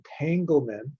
entanglement